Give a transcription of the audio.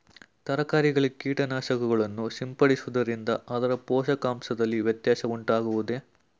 ತರಕಾರಿಗಳಿಗೆ ಕೀಟನಾಶಕಗಳನ್ನು ಸಿಂಪಡಿಸುವುದರಿಂದ ಅದರ ಪೋಷಕಾಂಶದಲ್ಲಿ ವ್ಯತ್ಯಾಸ ಉಂಟಾಗುವುದೇ?